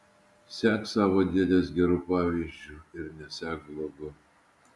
sek savo dėdės geru pavyzdžiu ir nesek blogu